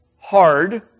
hard